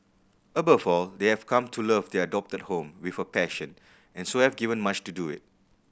above all they have come to love their adopted home with a passion and so have given much to do it